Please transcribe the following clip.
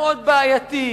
מאוד בעייתי.